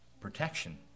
protection